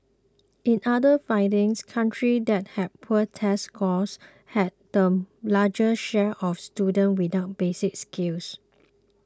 in other findings countries that had poor test scores had the largest share of students without basic skills